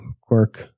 quirk